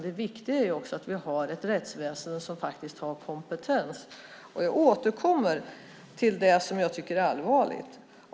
Det viktiga är att vi har ett rättsväsen som faktiskt har kompetens. Jag återkommer till det som jag tycker är allvarligt.